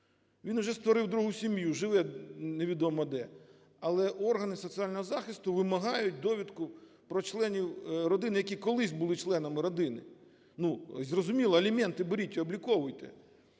Він вже створив другу сім'ю, живе невідомо де, але органи соціального захисту вимагають довідку про членів родини, які колись були членами родини. Зрозуміло, аліменти беріть і обліковуйте.